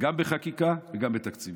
גם בחקיקה וגם בתקציבים.